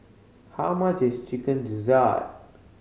how much is Chicken Gizzard